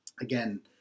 again